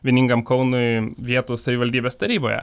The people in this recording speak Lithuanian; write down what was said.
vieningam kaunui vietų savivaldybės taryboje